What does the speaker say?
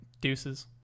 deuces